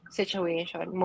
situation